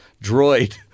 droid